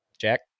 Jack